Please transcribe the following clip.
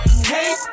hey